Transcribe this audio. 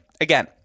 again